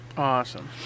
awesome